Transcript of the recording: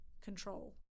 control